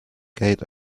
gate